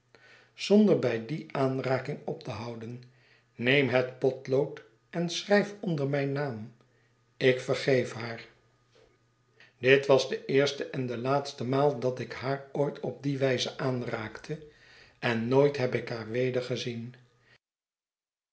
zonder bij die aanraking op te houden u neem het potlood en schrijf onder mijn naam ik vergeef haar dit was de eerste en de laatste maal dat ik haar ooit op die wijze aanraakte en nooit heb ik haar